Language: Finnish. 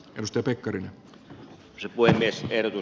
risto pekkarinen kepu esitelty